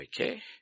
Okay